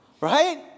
Right